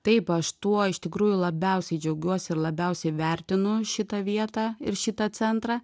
taip aš tuo iš tikrųjų labiausiai džiaugiuosi ir labiausiai vertinu šitą vietą ir šitą centrą